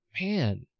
man